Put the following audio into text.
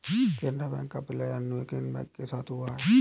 Canara bank का विलय अन्य किन बैंक के साथ हुआ है?